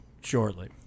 shortly